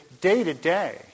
day-to-day